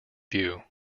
view